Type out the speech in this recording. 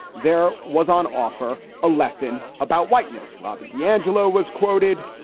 there was on offer a lesson about whiteness. robert d'angelo was quoted,